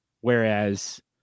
Whereas